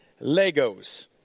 Legos